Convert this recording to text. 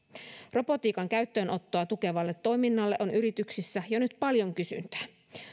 robotiikan käyttöönottoa tukevalle toiminnalle on yrityksissä jo nyt paljon kysyntää